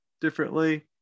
differently